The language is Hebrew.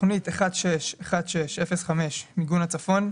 תוכנית 1616-05 מיגון הצפון: